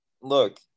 look